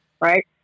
right